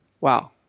wow